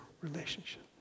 relationship